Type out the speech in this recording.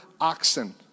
oxen